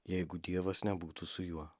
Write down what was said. jeigu dievas nebūtų su juo